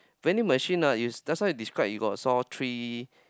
vending machines ah you that's why you describe you got saw three